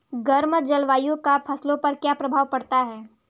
गर्म जलवायु का फसलों पर क्या प्रभाव पड़ता है?